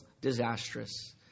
disastrous